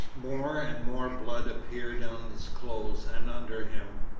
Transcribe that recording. more and more blood appeared on his clothes and under him.